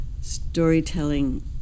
storytelling